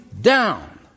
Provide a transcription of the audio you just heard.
down